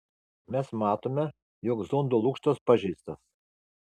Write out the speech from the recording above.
mes matome jog zondo lukštas pažeistas